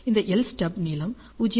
இந்த L stub நீளம் 0